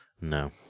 No